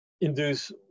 induce